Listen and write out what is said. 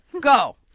go